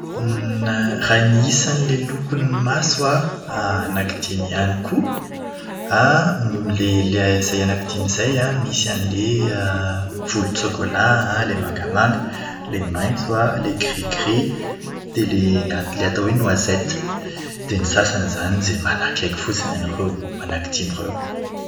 Raha ny isan'ilay lokon'ny maso an, anaky dimy ihany koa. ilay ilay izay anaky dimy izay an, misy an'ilay volontsokola an, ilay mangamanga, ilay maintso an, ilay grigri, dia ilay atao hoe "noisette". Dia ny sasany izany izay manakaiky fotsiny an'ireo anaky dimy ireo.